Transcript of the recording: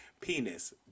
Penis